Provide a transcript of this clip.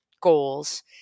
goals